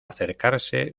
acercarse